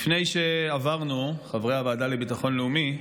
לפני שעברנו, חברי הוועדה לביטחון לאומי,